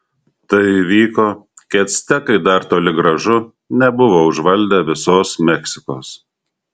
tai įvyko kai actekai dar toli gražu nebuvo užvaldę visos meksikos